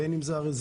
בין אם זה הרזרבה,